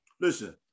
Listen